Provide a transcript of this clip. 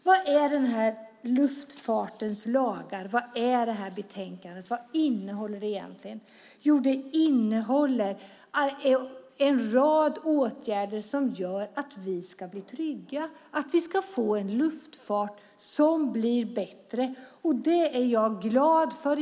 Vad är luftfartens lagar, och vad är detta betänkande? Vad innehåller det egentligen? Jo, det innehåller en rad åtgärder för att vi ska bli trygga och få en luftfart som blir bättre. Det är jag glad för.